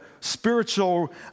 spiritual